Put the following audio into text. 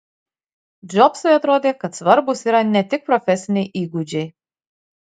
džobsui atrodė kad svarbūs yra ne tik profesiniai įgūdžiai